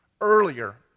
earlier